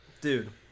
Dude